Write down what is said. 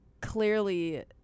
clearly